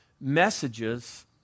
messages